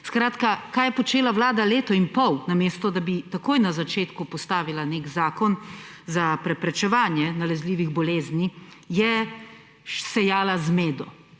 Skratka, kaj je počela Vlada leto in pol? Namesto da bi takoj na začetku postavila nek zakon za preprečevanje nalezljivih bolezni, je sejala zmedo,